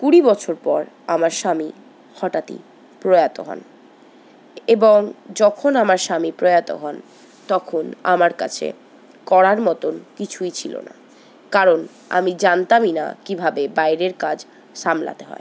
কুড়ি বছর পর আমার স্বামী হঠাৎই প্রয়াত হন এবং যখন আমার স্বামী প্রয়াত হন তখন আমার কাছে করার মতন কিছুই ছিল না কারণ আমি জানতামই না কীভাবে বাইরের কাজ সামলাতে হয়